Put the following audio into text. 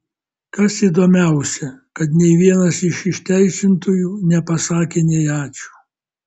kas įdomiausią kad nei vienas iš išteisintųjų nepasakė nei ačiū